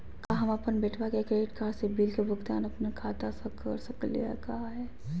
का हम अपन बेटवा के क्रेडिट कार्ड बिल के भुगतान अपन खाता स कर सकली का हे?